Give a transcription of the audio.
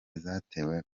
zatewe